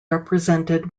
represented